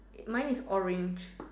mine is orange